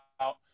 out